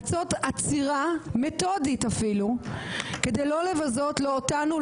לעשות עצירה מתודית אפילו כדי לא לבזות לא אותנו,